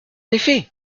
effet